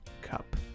cup